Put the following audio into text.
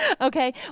Okay